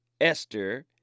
Esther